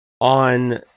on